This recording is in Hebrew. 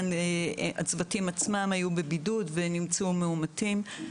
הצוותים עצמם היו בבידוד ונמצאו מאומתים,